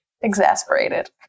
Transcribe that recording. exasperated